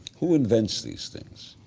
who invents these things?